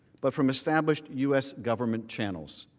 but from established u s. government channels.